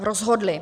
Rozhodli.